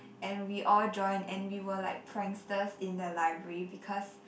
and we all join and we were like pranksters in the library because